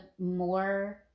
more